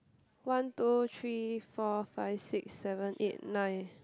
one two three four five six seven eight nine